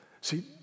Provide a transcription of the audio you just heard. See